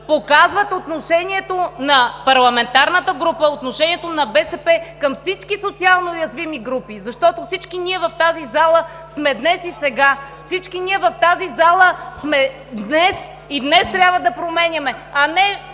показват отношението на парламентарната група, отношението на БСП към всички социалноуязвими групи, защото всички ние в тази зала сме днес и сега, всички ние в тази зала днес трябва да променяме, а не